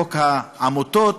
חוק העמותות,